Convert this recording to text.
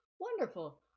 Wonderful